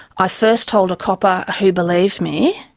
i first told a copper who believed me,